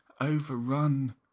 overrun